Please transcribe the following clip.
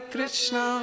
Krishna